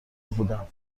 بودم